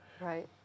Right